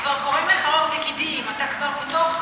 הוא כבר קורם לך עור וגידים, אתה כבר בתוך זה.